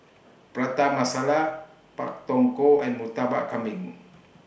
Prata Masala Pak Thong Ko and Murtabak Kambing